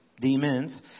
demons